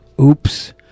Oops